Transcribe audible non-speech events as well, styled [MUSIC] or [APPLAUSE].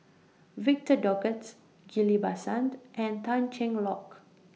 Victor Doggett Ghillie BaSan [NOISE] and Tan Cheng Lock